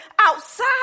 outside